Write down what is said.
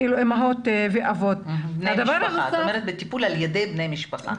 את מדברת על טיפול על ידי בני משפחה.